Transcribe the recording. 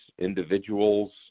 individuals